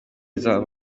zari